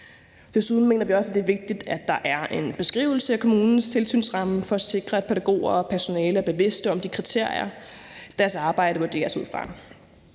Desuden mener vi også, det vigtigt, at der er en beskrivelse af kommunens tilsynsramme for at sikre, at pædagoger og personale er bevidste om de kriterier, deres arbejde vurderes ud fra.